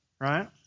right